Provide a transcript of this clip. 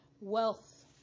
wealth